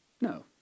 no